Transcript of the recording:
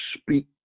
speak